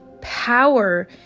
power